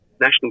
national